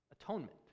Atonement